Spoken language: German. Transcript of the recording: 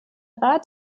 rat